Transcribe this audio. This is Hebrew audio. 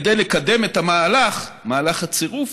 כדי לקדם את המהלך, מהלך הצירוף,